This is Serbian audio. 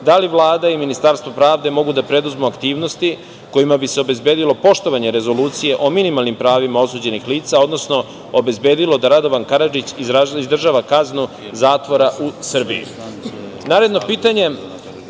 da li Vlada i Ministarstvo pravde mogu da preduzmu aktivnosti kojima bi se obezbedilo poštovanje Rezolucije o minimalnim pravima osuđenih lica, odnosno obezbedilo da Radovan Karadžić izdržava kaznu zatvora u Srbiji? Naredno